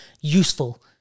useful